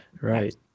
right